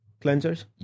cleansers